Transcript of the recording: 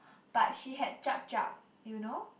but she had Jup-Jup you know